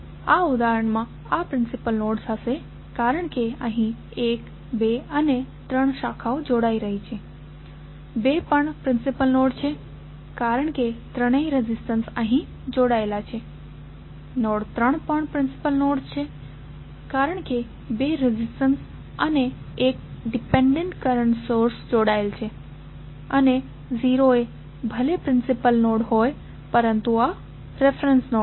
આ ઉદાહરણમાં આ પ્રિન્સિપલ નોડ હશે કારણ કે અહીં 1 2 અને 3 શાખાઓ જોડાઈ રહી છે 2 પણ પ્રિન્સિપલ નોડ છે કારણ કે ત્રણેય રેઝિસ્ટન્સ અહીં જોડાયેલા છે નોડ 3 પણ પ્રિન્સિપલ નોડ છે કારણ કે બે રેઝિસ્ટન્સ અને 1 ડિપેન્ડેન્ટ કરંટ સોર્સ જોડાયેલ છે અને 0 એ ભલે પ્રિન્સિપલ નોડ હોય પરંતુ આ રેફેરેંસ નોડ છે